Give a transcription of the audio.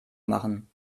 machen